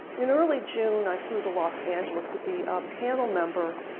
in early june, i flew to los angeles to be a panel member,